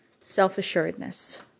self-assuredness